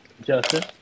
Justin